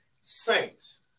saints